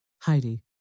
Heidi